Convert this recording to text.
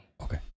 Okay